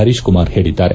ಪರೀಶ್ ಕುಮಾರ್ ಹೇಳಿದ್ದಾರೆ